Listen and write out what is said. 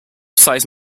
size